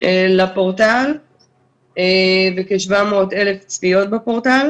לפורטל וכ-700,000 צפיות בפורטל